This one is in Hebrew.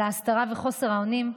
על ההסתרה וחוסר האונים,